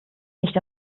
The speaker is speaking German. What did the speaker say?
nicht